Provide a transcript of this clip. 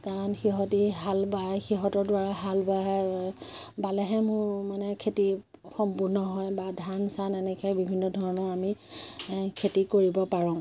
কাৰণ সিহঁতি হাল বাই সিহঁতৰ দ্বাৰা হাল বাই বালেহে মোৰ মানে খেতি সম্পূৰ্ণ হয় বা ধান চান এনেকৈ বিভিন্ন ধৰণৰ আমি খেতি কৰিব পাৰোঁ